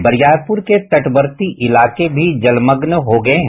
बरियारपुर के तटवर्ती इलाके भी जलमग्न हो गये हैं